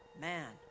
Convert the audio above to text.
man